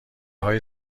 های